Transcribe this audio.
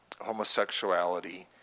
homosexuality